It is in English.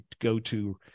go-to